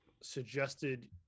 suggested